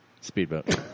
Speedboat